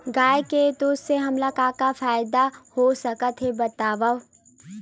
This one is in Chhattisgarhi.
गाय के दूध से हमला का का फ़ायदा हो सकत हे बतावव?